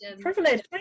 privilege